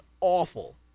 awful